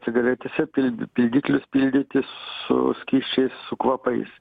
cigaretėse pildi pildiklius pildytis su skysčiais su kvapais